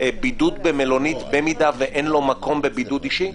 בידוד במלונית, אם אין לו מקום לבידוד אישי?